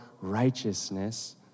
righteousness